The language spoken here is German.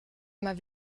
immer